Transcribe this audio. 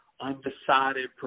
undecided